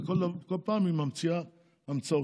ובכל פעם היא ממציאה המצאות.